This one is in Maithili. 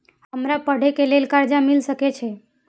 हमरा पढ़े के लेल कर्जा मिल सके छे?